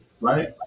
right